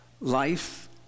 life